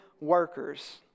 workers